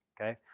okay